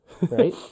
Right